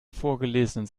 vorgelesenen